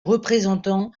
représentant